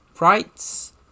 Rights